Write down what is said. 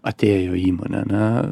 atėjo į įmonę ane